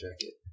jacket